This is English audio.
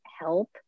help